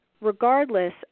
regardless